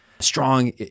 Strong